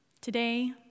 Today